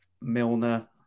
Milner